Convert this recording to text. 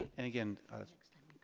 and again next time